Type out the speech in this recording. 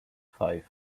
five